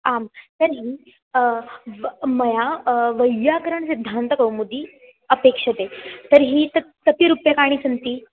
आं तर्हि द्व् मया वैयाकरणसिद्धान्तकौमुदी अपेक्षते तर्हि तत् कति रूप्यकाणि सन्ति